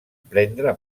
prendre